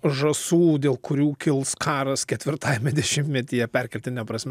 žąsų dėl kurių kils karas ketvirtajame dešimtmetyje perkeltine prasme